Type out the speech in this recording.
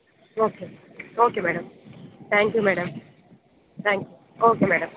okay okay madam thank you madam thanks okay madam